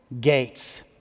gates